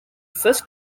first